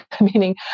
meaning